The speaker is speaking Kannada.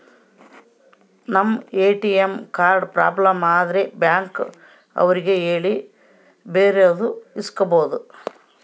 ನಮ್ ಎ.ಟಿ.ಎಂ ಕಾರ್ಡ್ ಪ್ರಾಬ್ಲಮ್ ಆದ್ರೆ ಬ್ಯಾಂಕ್ ಅವ್ರಿಗೆ ಹೇಳಿ ಬೇರೆದು ಇಸ್ಕೊಬೋದು